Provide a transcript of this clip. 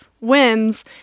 wins